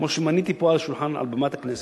כמו שמניתי פה על במת הכנסת,